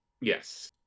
Yes